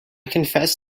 confessed